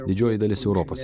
didžioji dalis europos